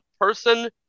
person